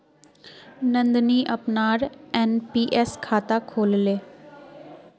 नंदनी अपनार एन.पी.एस खाता खोलले